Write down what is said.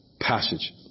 passage